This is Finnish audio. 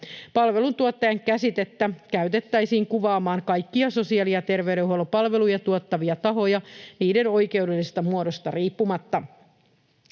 Palveluntuottajan käsitettä käytettäisiin kuvaamaan kaikkia sosiaali- ja terveydenhuollon palveluja tuottavia tahoja niiden oikeudellisesta muodosta riippumatta.